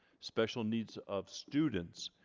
special needs of students,